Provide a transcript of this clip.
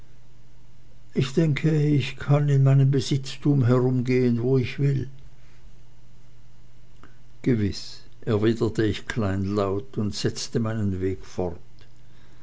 ich denke ich kann in meinem besitztume herumgehen wo ich will gewiß erwiderte ich kleinlaut und setzte meinen weg fort